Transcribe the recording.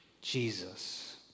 Jesus